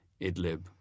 Idlib